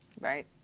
right